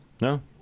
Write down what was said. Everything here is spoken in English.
No